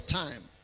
time